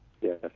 Yes